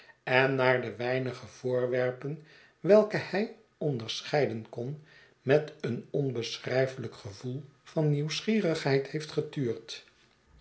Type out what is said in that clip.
en naar de weinige voorwerpen welke hij onderscheiden kon met een onbeschrijfelijk gevoel van nieuwsgierigheid heeft getuurd